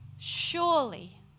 surely